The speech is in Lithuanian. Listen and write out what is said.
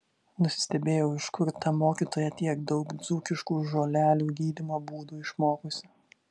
nusistebėjau iš kur ta mokytoja tiek daug dzūkiškų žolelių gydymo būdų išmokusi